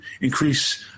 increase